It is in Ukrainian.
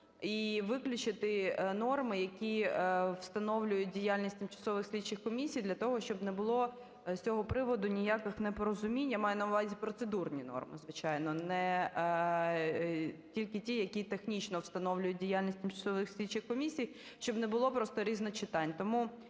і виключити норми, які встановлюють діяльність тимчасових слідчих комісій для того, щоб не було з цього приводу ніяких непорозумінь, я маю на увазі процедурні норми, звичайно, не… тільки ті, які технічно встановлюють діяльність тимчасових слідчих комісій, щоб не було просто різночитань.